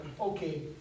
okay